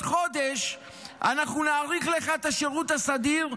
חודש אנחנו נאריך לך את השירות הסדיר,